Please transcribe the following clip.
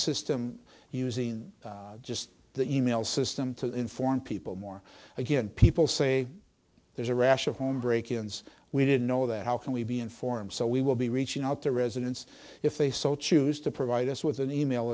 system using just the e mail system to inform people more again people say there's a rash of home break ins we didn't know that how can we be informed so we will be reaching out to residents if they so choose to provide us with an e mail